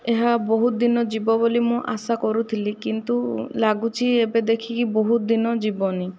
ଏହା ବହୁତ ଦିନ ଯିବ ବୋଲି ମୁଁ ଆଶା କରୁଥିଲି କିନ୍ତୁ ଲାଗୁଛି ଏବେ ଦେଖିକି ବହୁତ ଦିନ ଯିବନି